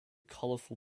colourful